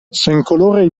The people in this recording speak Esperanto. senkoloraj